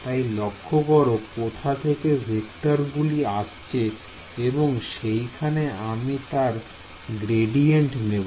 তাই লক্ষ্য করো কোথা থেকে ভেক্টর গুলি আসছে এবং সেইখানে আমি তার গ্রেডিয়েন্ট নেব